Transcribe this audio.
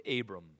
Abram